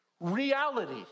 Reality